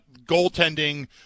goaltending